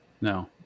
No